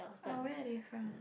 oh where are they from